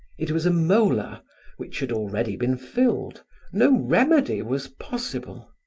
it was a molar which had already been filled no remedy was possible.